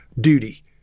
duty